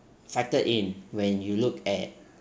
factored in when you look at